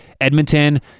Edmonton